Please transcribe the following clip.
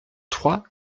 trois